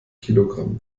kilogramm